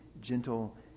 gentle